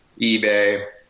ebay